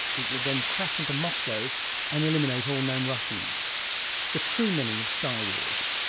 it would then crash into moscow and eliminate all known russians the true meaning of star wars.